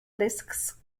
discs